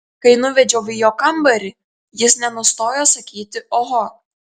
kai nuvedžiau į jo kambarį jis nenustojo sakyti oho